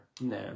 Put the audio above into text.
No